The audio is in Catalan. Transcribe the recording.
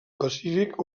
pacífic